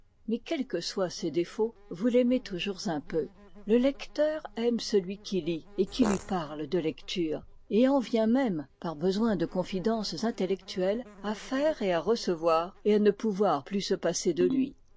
mais quels que soient ses défauts vous l'aimez toujours un peu le lecteur aime celui qui lit et qui lui parle de lectures et en vient même par besoin de confidences intellectuelles à faire et à recevoir à ne pouvoir plus se passer de lui